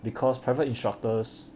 because private instructors